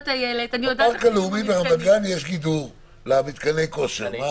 בפארק הלאומי ברמת גן יש גידור למתקני כושר.